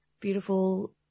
beautiful